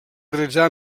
realitzar